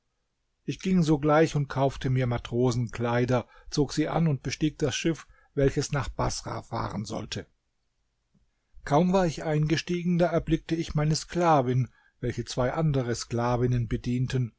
ich ging sogleich und kaufte mir matrosenkleider zog sie an und bestieg das schiff welches nach baßrah fahren sollte kaum war ich eingestiegen da erblickte ich meine sklavin welche zwei andere sklavinnen bedienten